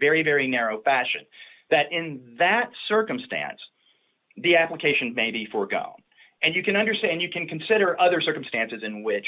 very very narrow fashion that in that circumstance the application may be forego and you can understand you can consider other circumstances in which